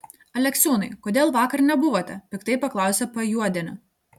aleksiūnai kodėl vakar nebuvote piktai paklausė pajuodienė